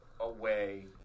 away